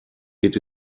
geht